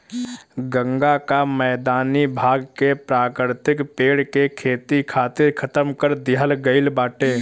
गंगा कअ मैदानी भाग के प्राकृतिक पेड़ के खेती खातिर खतम कर दिहल गईल बाटे